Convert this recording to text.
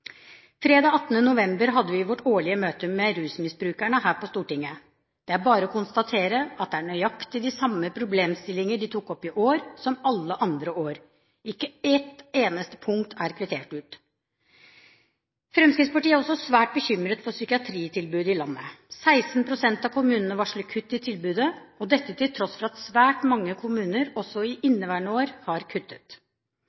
Fredag 18. november hadde vi vårt årlige møte med rusmisbrukere her på Stortinget. Det er bare å konstatere at det er nøyaktig de samme problemstillinger de tok opp i år som alle andre år. Ikke ett eneste punkt er kvittert ut. Fremskrittspartiet er også svært bekymret for psykiatritilbudet i landet. 16 pst. av kommunene varsler kutt i tilbudet, til tross for at svært mange kommuner også i